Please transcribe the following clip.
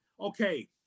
okay